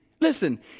Listen